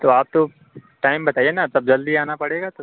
तो आप तो टाइम बताइए ना तब जल्दी आना पड़ेगा तो